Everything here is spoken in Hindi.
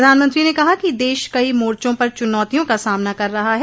प्रधानमंत्री ने कहा कि देश कई मोर्चो पर चुनौतियों का सामना कर रहा है